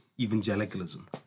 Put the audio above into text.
Evangelicalism